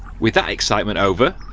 with that excitement over.